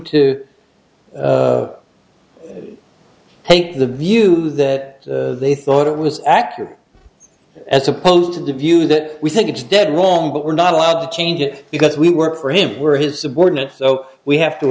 to take the view that they thought it was accurate as opposed to the view that we think it's dead wrong but we're not allowed to change it because we worked for him were his subordinate so we have to